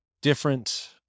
different